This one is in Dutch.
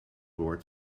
boord